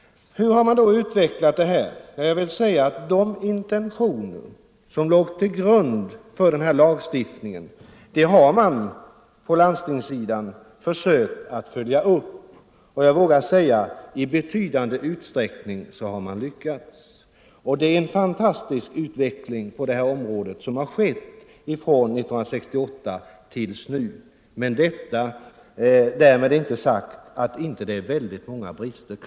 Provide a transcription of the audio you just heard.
Hur har då utvecklingen blivit? Ja, jag vill säga att man på landstingssidan har försökt följa upp de intentioner som låg till grund för lagstiftningen. Och jag vågar säga att man i betydande utsträckning har lyckats. Det har skett en fantastisk utveckling på detta område från år 1968 tills nu. Därmed är inte sagt att det inte återstår många brister.